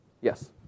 Yes